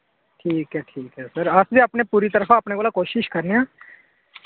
ठीक ऐ ठीक ऐ सर अस बी अपने पूरी तरफा अपने कोला कोशिश करने आं